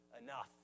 enough